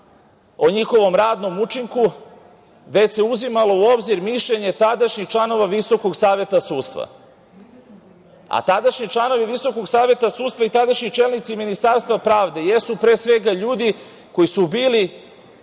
o njihovom radnom učinku, već se uzimalo u obzir mišljenje tadašnjih članova Visokog saveta sudstva, a tadašnji članovi VSS i tadašnji čelnici Ministarstva pravde jesu, pre svega, ljudi koji su bili